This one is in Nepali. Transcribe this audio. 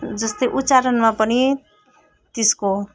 जस्तै उच्चारणमा पनि त्यसको